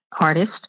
artist